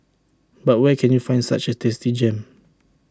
but where can you find such A tasty gem